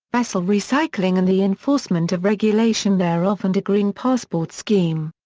vessel recycling and the enforcement of regulation thereof and a green passport scheme.